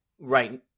right